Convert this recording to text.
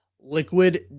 liquid